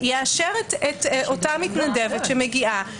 יאשר אותה מתנדבת שמגיעה,